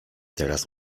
teraz